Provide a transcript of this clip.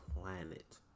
planet